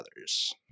others